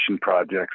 projects